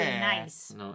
nice